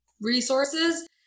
resources